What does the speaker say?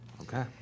Okay